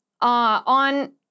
on